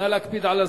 נא להקפיד על הזמן.